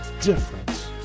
difference